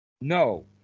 no